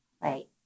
right